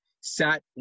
sat